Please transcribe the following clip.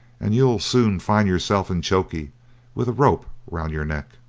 and you'll soon find yourself in chokey with a rope round your neck.